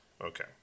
Okay